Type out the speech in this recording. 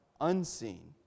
unseen